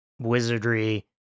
wizardry